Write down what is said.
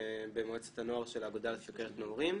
במועצת הנוער של האגודה לסוכרת נעורים.